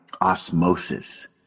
osmosis